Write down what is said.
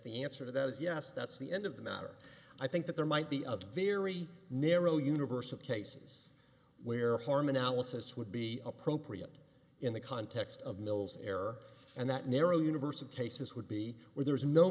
the answer to that is yes that's the end of the matter i think that there might be of very narrow universe of cases where harm analysis would be appropriate in the context of mil's error and that narrow universe of cases would be where there is no